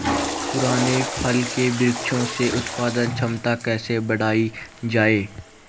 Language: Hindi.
पुराने फल के वृक्षों से उत्पादन क्षमता कैसे बढ़ायी जाए?